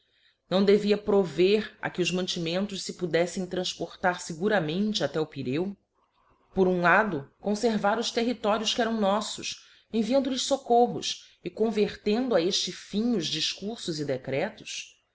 não devia prover a que os mantimentos fe podeflem tranfportar íeguramente até o pirêo por um lado confervar os territórios que eram noflbs enviando lhes foccorros e convertendo a efte fim os difcurfos e decretos